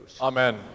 amen